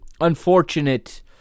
unfortunate